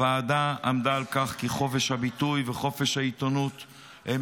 הוועדה עמדה על כך כי חופש הביטוי וחופש העיתונות הם